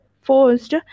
forced